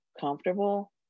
comfortable